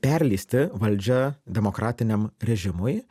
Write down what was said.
perleisti valdžią demokratiniam režimui